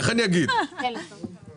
איך אני אגיד, ילד, ילדה?